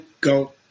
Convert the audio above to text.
go